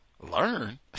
Learn